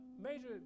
major